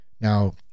now